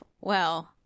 Well-